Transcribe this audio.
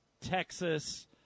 Texas